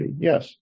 Yes